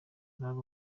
nari